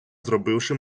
зробивши